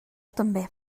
també